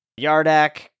Yardak